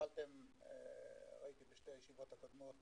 שקיבלתם בשתי הישיבות הקודמות